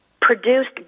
produced